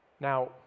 Now